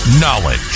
Knowledge